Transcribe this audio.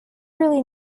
really